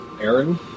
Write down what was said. Aaron